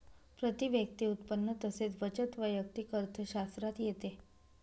प्रती व्यक्ती उत्पन्न तसेच बचत वैयक्तिक अर्थशास्त्रात येते